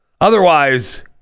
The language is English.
Otherwise